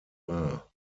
war